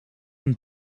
een